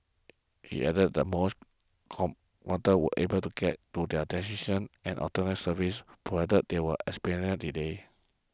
he added that most commuters were able to get to services provided they were experienced delay